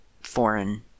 foreign